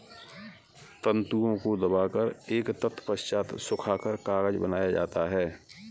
तन्तुओं को दबाकर एवं तत्पश्चात सुखाकर कागज बनाया जाता है